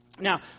Now